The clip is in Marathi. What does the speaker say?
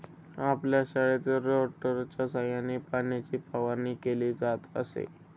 आपल्या शाळेत रोटेटरच्या सहाय्याने पाण्याची फवारणी केली जात असे